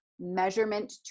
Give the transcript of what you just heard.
measurement